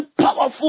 powerful